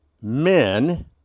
men